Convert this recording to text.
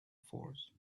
force